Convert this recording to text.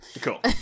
Cool